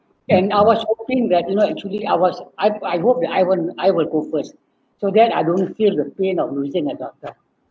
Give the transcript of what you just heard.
and I was hoping that you know actually I was I I hope that I would I would go first so that I don't feel the pain of losing a daughter